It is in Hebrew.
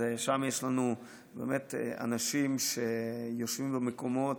שם יש לנו באמת אנשים שיושבים במקומות